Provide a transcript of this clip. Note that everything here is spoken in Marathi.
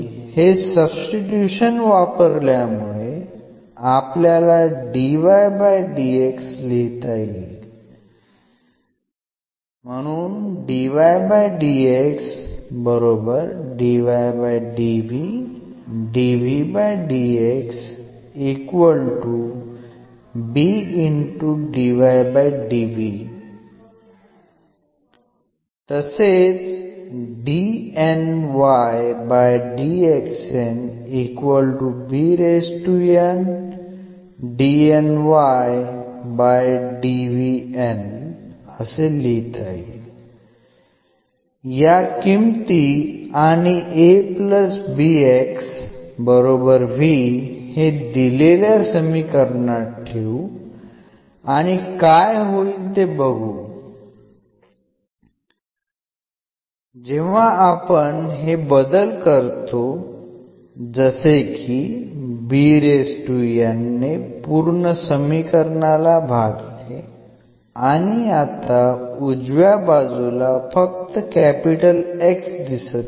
हे सब्स्टिट्यूशन वापरल्यामुळेआपल्याला लिहिता येईल या किमती आणि हे दिलेल्या समीकरणात ठेऊ आणि काय होईल ते बघू जेव्हा आपण हे बदल करतो जसे की ने पूर्ण समीकरणाला भागले आणि आता उजव्या बाजूला फक्त X दिसत आहे